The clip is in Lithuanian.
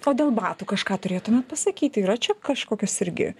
o dėl batų kažką turėtumėt pasakyti yra čia kažkokios irgi